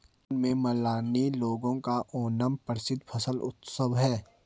केरल में मलयाली लोगों का ओणम प्रसिद्ध फसल उत्सव है